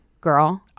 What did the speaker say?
girl